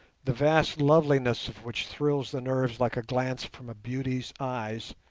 the vast loveliness of which thrills the nerves like a glance from beauty's eyes,